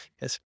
Yes